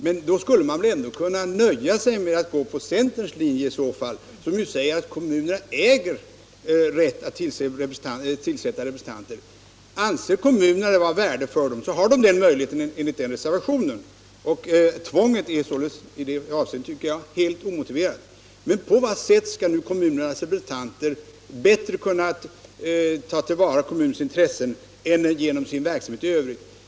Men i så fall borde man väl ändå kunna nöja sig med att gå på centerns linje, som innebär att kommunerna äger rätt att tillsätta representanter. Anser kommunerna att det är värdefullt för dem att utse styrelserepresentanter så har de möjlighet till detta, enligt reservation 2. Ett tvång tycker jag är helt omotiverat. På vad sätt skall nu kommunernas representanter bättre kunna ta till vara kommunens intressen än genom sin verksamhet i övrigt?